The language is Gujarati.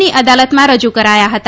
ની અદાલતમાં રજુ કરાયા હતા